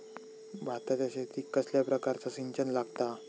भाताच्या शेतीक कसल्या प्रकारचा सिंचन लागता?